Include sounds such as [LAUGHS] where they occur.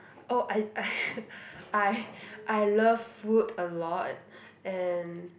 oh I I [LAUGHS] I I love food a lot and